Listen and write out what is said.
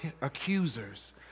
accusers